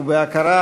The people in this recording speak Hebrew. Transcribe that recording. ובהכרה,